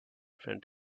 front